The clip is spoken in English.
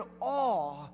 awe